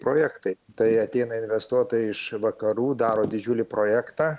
projektai tai ateina investuotojai iš vakarų daro didžiulį projektą